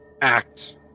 act